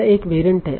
यह एक और वेरिंट् है